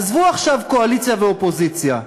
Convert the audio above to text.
עזבו עכשיו קואליציה ואופוזיציה,